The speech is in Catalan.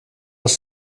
als